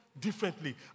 differently